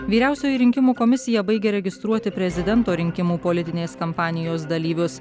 vyriausioji rinkimų komisija baigia registruoti prezidento rinkimų politinės kampanijos dalyvius